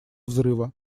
взрыва